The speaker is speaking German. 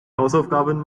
hausaufgaben